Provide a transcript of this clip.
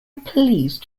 pleased